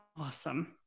Awesome